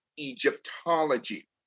Egyptology